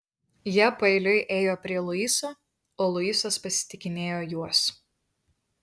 jie paeiliui ėjo prie luiso o luisas pasitikinėjo juos